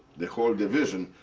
the whole division,